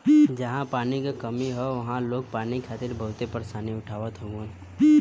जहां पानी क कमी हौ वहां लोग पानी खातिर बहुते परेशानी उठावत हउवन